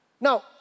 Now